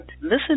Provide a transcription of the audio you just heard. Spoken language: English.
Listen